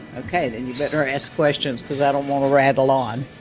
ok then you better ask questions because i don't want to rattle on.